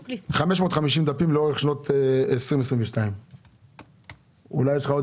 550 דפים לאורך שנת 2022. אולי יש לך עוד